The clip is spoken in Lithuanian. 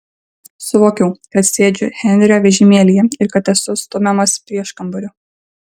suvokiau kad sėdžiu henrio vežimėlyje ir kad esu stumiamas prieškambariu